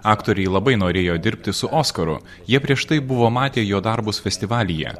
aktoriai labai norėjo dirbti su oskaru jie prieš tai buvo matę jo darbus festivalyje